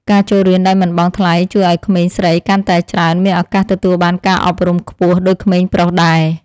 ការចូលរៀនដោយមិនបង់ថ្លៃជួយឱ្យក្មេងស្រីកាន់តែច្រើនមានឱកាសទទួលបានការអប់រំខ្ពស់ដូចក្មេងប្រុសដែរ។